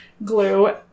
glue